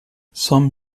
some